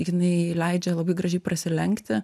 jinai leidžia labai gražiai prasilenkti